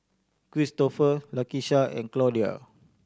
Kristoffer Lakesha and Claudia